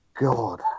God